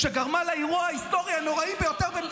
בגלל אילוצי תקציב, מה אתה רוצה?